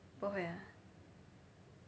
不会 ah